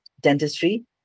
dentistry